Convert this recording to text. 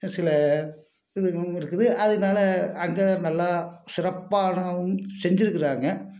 சில இதுங்களும் இருக்குது அதனால அங்கே நல்லா சிறப்பானவும் செஞ்சிருக்கிறாங்க